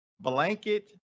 blanket